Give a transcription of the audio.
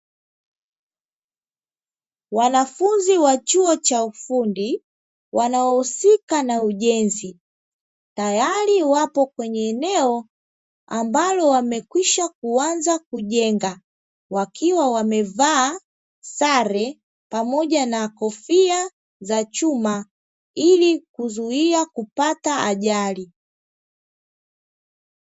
Wanafunzi wa chuo cha ufundi wanaohusika na ujenzi tayari wapo kwenye eneo ambalo wamekwisha kuanza kujenga, wakiwa wamevaa sare pamoja na kofia za chuma ili kuzuia kupata ajali.